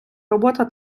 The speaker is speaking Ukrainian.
робота